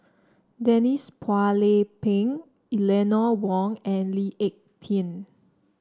Denise Phua Lay Peng Eleanor Wong and Lee Ek Tieng